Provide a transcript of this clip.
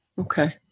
Okay